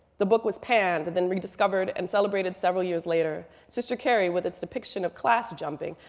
the book was panned and then rediscovered and celebrated several years later. sister carrie, with its depiction of class jumping,